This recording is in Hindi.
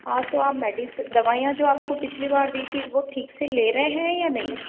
हाँ तो आप मेडिसिन दवाईयाँ जो आपको पिछली बार दी थी वो ठीक से ले रहे हैं या नहीं